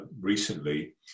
recently